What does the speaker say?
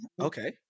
Okay